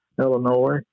Illinois